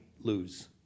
lose